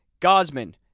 Gosman